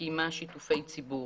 וקיימה שיתופי ציבור.